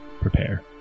prepare